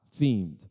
themed